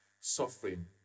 suffering